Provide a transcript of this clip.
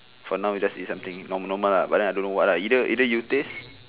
for now we just eat something norm~ normal lah but then I don't know what lah either either you taste